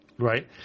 Right